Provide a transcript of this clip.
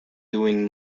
doing